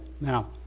Now